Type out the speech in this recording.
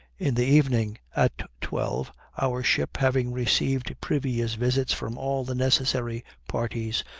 in the evening, at twelve, our ship, having received previous visits from all the necessary parties,